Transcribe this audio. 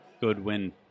Goodwin